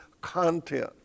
content